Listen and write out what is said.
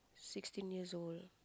sixteen years old